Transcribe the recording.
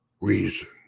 reason